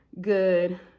good